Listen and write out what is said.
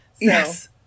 Yes